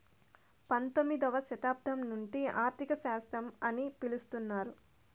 పంతొమ్మిదవ శతాబ్దం నుండి ఆర్థిక శాస్త్రం అని పిలుత్తున్నారు